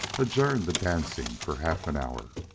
adjourned the dancing for half an hour.